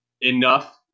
enough